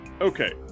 okay